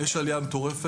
יש עלייה מטורפת,